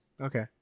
Okay